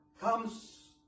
comes